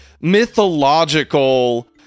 mythological